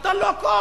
נתן לו הכול.